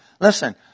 Listen